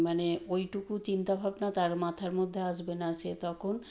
মানে ওইটুকু চিন্তা ভাবনা তার মাথার মধ্যে আসবে না সে তখন